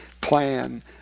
plan